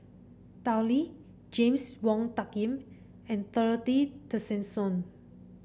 Tao Li James Wong Tuck Yim and Dorothy Tessensohn